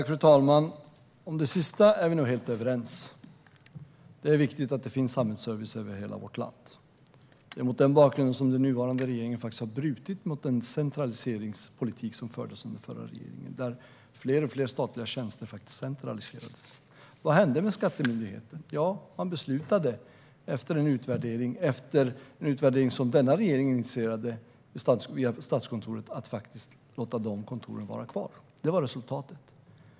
Fru talman! Om det sista är vi helt överens. Det är viktigt att det finns samhällsservice över hela vårt land. Det är mot den bakgrunden som den nuvarande regeringen har brutit mot den centraliseringspolitik som fördes under den förra regeringen då fler och fler statliga tjänster centraliserades. Vad hände med skattemyndigheten? Jo, efter en utvärdering som denna regering initierade via Statskontoret beslutade man att låta skattekontoren vara kvar. Det var resultatet.